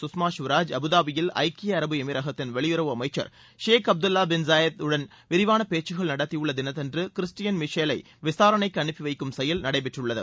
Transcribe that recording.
கஷ்மா கவராஜ் அபுதாபியில் ஐக்கிய அரபு எமிரகத்தின் வெளியுறவு அமைச்சள் ஷேக் அப்துல்வா பின் ஜாயித் உடன் விரிவான பேச்சுகள் நடத்தியுள்ள தினத்தன்று கிறிஸ்டியன் மைக்கேலை விசாணைக்கு அனுப்பி வைக்கும் செயல் நடைபெற்று உள்ளது